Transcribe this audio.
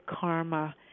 karma